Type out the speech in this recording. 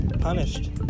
punished